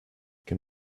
can